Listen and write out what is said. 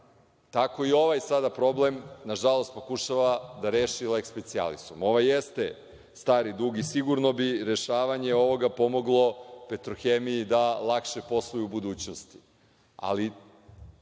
Tako i ovaj sada problem, nažalost, pokušava da reši leks specijalisom. Ovo jeste stari dug i sigurno bi rešavanje ovog pomoglo „Petrohemiji“ da lakše posluje u budućnosti,